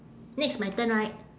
next my turn right